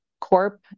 corp